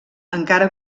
encara